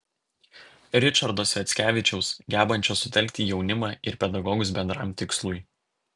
ričardo sviackevičiaus gebančio sutelkti jaunimą ir pedagogus bendram tikslui